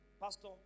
Pastor